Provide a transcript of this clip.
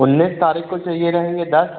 उन्नीस तारीख को चाहिए रहेंगे दस